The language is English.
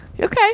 Okay